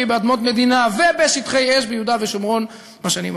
באדמות מדינה ובשטחי אש ביהודה ושומרון בשנים האחרונות.